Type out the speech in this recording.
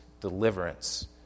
deliverance